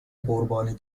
قربانی